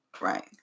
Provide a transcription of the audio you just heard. Right